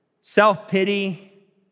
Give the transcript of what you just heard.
self-pity